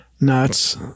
nuts